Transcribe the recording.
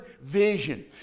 vision